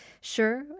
sure